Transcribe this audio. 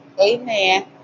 amen